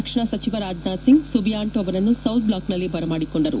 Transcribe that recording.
ರಕ್ಷಣಾ ಸಚಿವ ರಾಜನಾಥ್ ಸಿಂಗ್ ಸುಬಿಯಾಂಟೊ ಅವರನ್ನು ಸೌತ್ ಬ್ಲಾಕ್ನಲ್ಲಿ ಬರಮಾಡಿಕೊಂಡರು